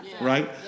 Right